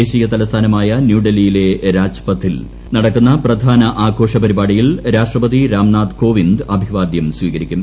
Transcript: ദേശീയ തലസ്ഥാനമായ ന്യൂഡൽഹിയിലെ രാജ്പഥിൽ നടക്കുന്ന പ്രധാന ആഘോഷപരിപാടിയിൽ രാഷ്ട്രപതി രാംനാഥ് കോവിന്ദ് അഭിവാദ്യം സ്വീകരിക്കും